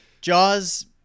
Jaws